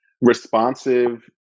responsive